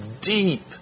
deep